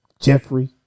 Jeffrey